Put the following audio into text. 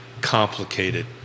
complicated